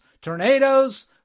tornadoes